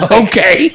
okay